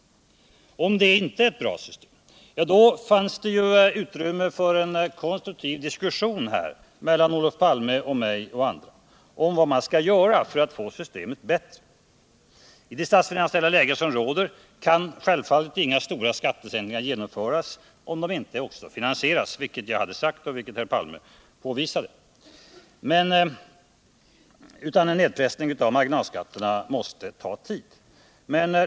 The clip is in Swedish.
Om det inte är det, då borde det finnas utrymme för en konstruktiv diskussion mellan Olof Palme, mig och andra om vad man skall göra för att få systemet bättre. I det statsfinansiella läge som råder kan självfallet inga större skattesänkningar genomföras om de inte också finansieras — det sade jag också tidigare, vilket Olof Palme påvisade — utan en nedpressning av marginalskatterna måste ta tid.